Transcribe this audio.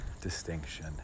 distinction